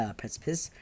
precipice